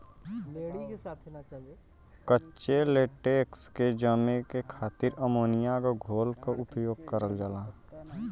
कच्चे लेटेक्स के जमे क खातिर अमोनिया क घोल क उपयोग करल जाला